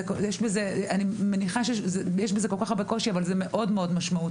יש בזה כל כך הרבה קושי אבל זה מאוד משמעותי.